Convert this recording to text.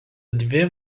dvi